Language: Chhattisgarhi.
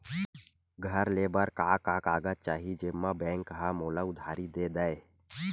घर ले बर का का कागज चाही जेम मा बैंक हा मोला उधारी दे दय?